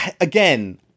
again